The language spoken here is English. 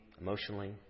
emotionally